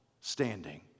standing